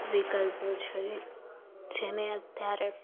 વિકલ્પો છે જેને અત્યારે